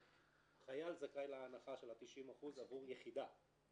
חייל זכאי להנחה של עד 90% עבור יחידה,